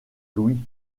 louis